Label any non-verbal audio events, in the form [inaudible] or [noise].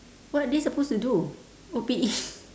what are they supposed to do O P_E [laughs]